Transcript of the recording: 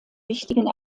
wichtigen